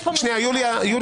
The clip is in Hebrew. יש פה מניפולציה.